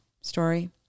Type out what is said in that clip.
story